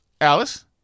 Alice